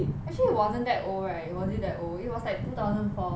actually wasn't that old was it that old it was like two thousand four